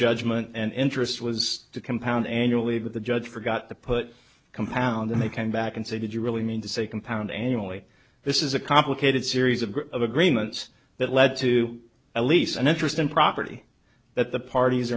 judgment and interest was to compound annually but the judge forgot to put a compound in the can back and say did you really mean to say compound annually this is a complicated series of group of agreements that lead to a lease an interest in property that the parties